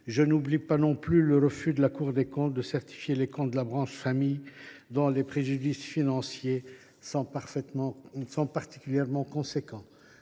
Je n’oublie pas non plus le refus de la Cour des comptes de certifier les comptes de la branche famille, dont les préjudices financiers sont particulièrement importants.